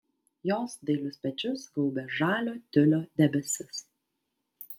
jos dailius pečius gaubė žalio tiulio debesis